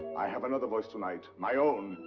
i have another voice tonight. my own,